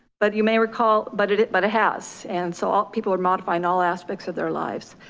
but you may recall, but it it but has, and so all people are modifying all aspects of their lives.